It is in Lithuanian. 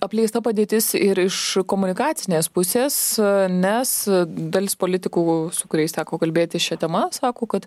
apleista padėtis ir iš komunikacinės pusės nes dalis politikų su kuriais teko kalbėti šia tema sako kad